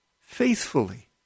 faithfully